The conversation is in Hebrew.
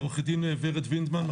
עו"ד ורד וינדמן,